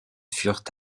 furent